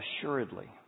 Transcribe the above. Assuredly